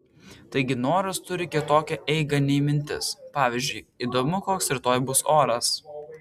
taigi noras turi kitokią eigą nei mintis pavyzdžiui įdomu koks rytoj bus oras